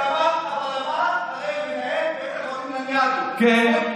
אבל אמר מנהל בית החולים לניאדו, כן.